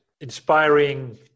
inspiring